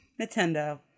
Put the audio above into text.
Nintendo